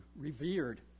revered